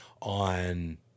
on